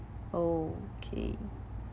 oh K